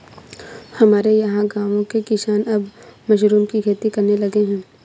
हमारे यहां गांवों के किसान अब मशरूम की खेती करने लगे हैं